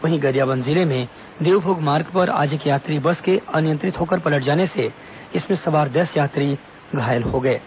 वहीं गरियाबंद जिले में देवभोग मार्ग पर आज एक यात्री बस के अनियंत्रित होकर पलट जाने से इसमें सवार दस यात्री घायल हो गए हैं